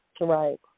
Right